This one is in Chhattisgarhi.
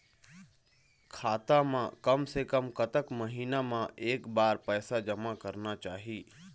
खाता मा कम से कम कतक महीना मा एक बार पैसा जमा करना चाही?